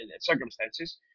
circumstances